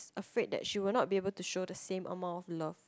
afraid that she will not be able to show the same amount of love